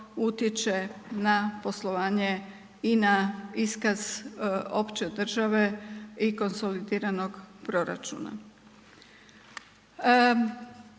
na poslovanje i na iskaz opće države i konsolidiranog proračuna.